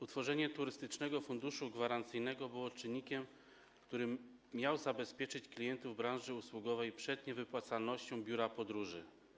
Utworzenie Turystycznego Funduszu Gwarancyjnego było czynnikiem, który miał zabezpieczyć klientów branży usługowej przed niewypłacalnością biur podróży.